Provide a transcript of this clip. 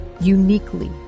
uniquely